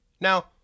Now